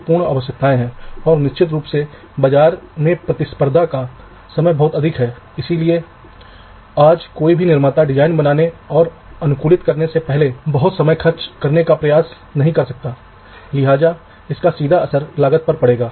यदि आप इस मानक सेल प्रकार के लेआउट पर विचार करते हैं तो प्रत्येक मानक सेल जिसे आप अपने डिजाइन में शामिल करते हैं उनके पास एक बिजली और जमीन कनेक्शन होगा